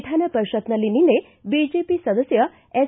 ವಿಧಾನ ಪರಿಷತ್ ನಲ್ಲಿ ನಿನ್ನೆ ಬಿಜೆಪಿ ಸದಸ್ಯ ಎಸ್